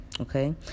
Okay